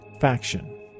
faction